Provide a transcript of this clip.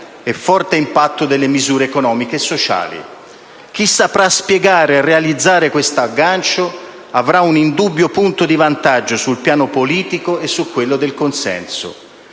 e forte impatto delle misure economiche e sociali. Chi saprà spiegare e realizzare questo aggancio avrà un indubbio punto di vantaggio sul piano politico e su quello del consenso.